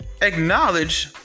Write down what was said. acknowledge